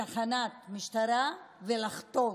בתחנת משטרה ולחתום.